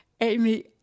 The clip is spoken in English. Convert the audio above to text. Amy